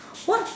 what